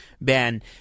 Ben